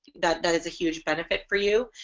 that that is a huge benefit for you.